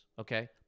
okay